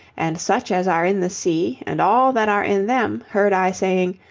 and such as are in the sea, and all that are in them, heard i saying,